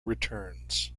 returns